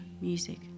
music